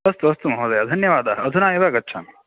अस्तु अस्तु महोदय धन्यवादाः अधुना एव गच्छामि